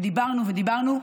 ודיברנו ודיברנו,